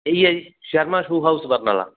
ਇਹੀ ਹੈ ਜੀ ਸ਼ਰਮਾ ਸ਼ੂ ਹਾਊਸ ਬਰਨਾਲਾ